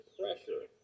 pressure